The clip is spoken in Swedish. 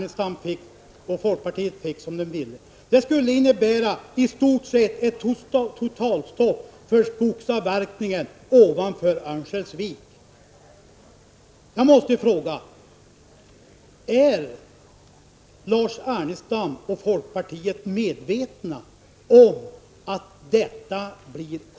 Så skulle det bli om Lars Ernestam och folkpartiet fick som ni ville. Det skulle i stort sett bli ett totalstopp för skogsavverkning ovanför Örnsköldsvik.